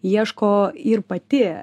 ieško ir pati